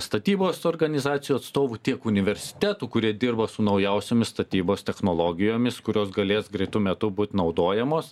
statybos organizacijų atstovų tiek universitetų kurie dirba su naujausiomis statybos technologijomis kurios galės greitu metu būt naudojamos